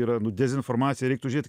yra nu dezinformacija reiktų žiūrėt